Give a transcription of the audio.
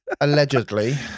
allegedly